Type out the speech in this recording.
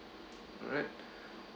alright